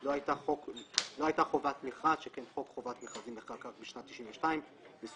לא הייתה חובת מכרז שכן חוק חובת מכרזים נחקק רק בשנת 1992 וסוגי